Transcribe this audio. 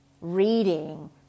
reading